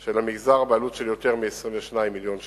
של המגזר, בעלות של יותר מ-22 מיליון שקלים.